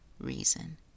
reason